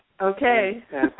Okay